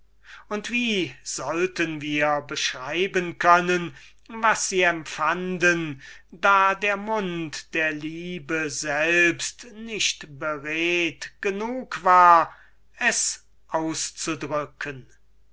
und wie sollten wir beschreiben können was sie empfanden da der mund der liebe selbst nicht beredt genug war es auszudrucken